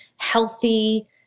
healthy